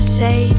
say